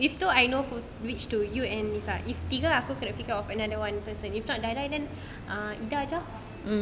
if two I know who which two you and lisa if tiga aku kena fikir of another one if not like that then idah jer ah